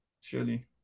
surely